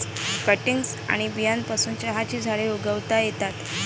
cuttings आणि बियांपासून चहाची झाडे उगवता येतात